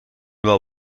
wel